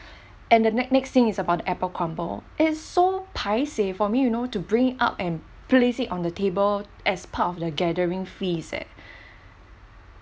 and the nex~ next thing is about the apple crumble is so paiseh for me you know to bring up and place it on the table as part of the gathering feast eh